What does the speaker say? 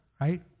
right